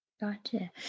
Gotcha